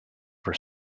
for